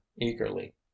eagerly